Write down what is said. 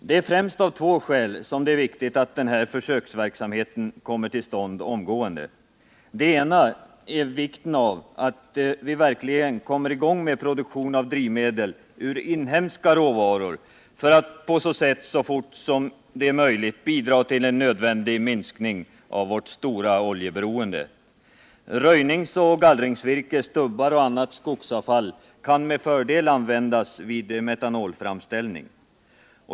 Det är främst av två skäl viktigt att den här försöksverksamheten kommer till stånd omgående. Det ena är att vi verkligen bör komma i gång med produktion av drivmedel ur inhemska råvaror för att på så sätt så fort som möjligt bidra till en nödvändig minskning av vårt stora oljeberoende. Röjningsoch gallringsvirke, stubbar och annat skogsavfall kan med fördel användas vid metanolframställning.